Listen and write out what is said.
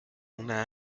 una